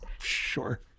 Sure